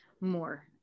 more